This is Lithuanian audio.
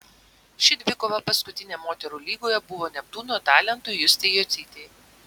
ši dvikova paskutinė moterų lygoje buvo neptūno talentui justei jocytei